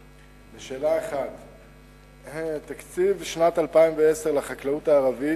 1. תקציב שנת 2010 לחקלאות הערבית.